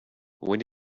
when